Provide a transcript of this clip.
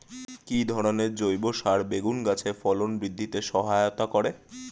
কি ধরনের জৈব সার বেগুন গাছে ফলন বৃদ্ধিতে সহায়তা করে?